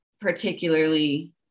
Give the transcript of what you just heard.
particularly